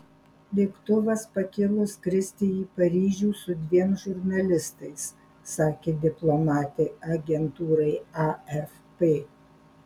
lėktuvas pakilo skristi į paryžių su dviem žurnalistais sakė diplomatė agentūrai afp